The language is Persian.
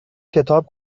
کتاب